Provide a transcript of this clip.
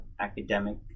academic